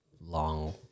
long